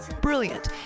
brilliant